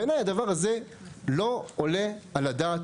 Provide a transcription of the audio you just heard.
בעיני, הדבר הזה לא עולה על הדעת.